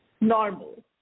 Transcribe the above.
Normal